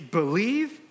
believe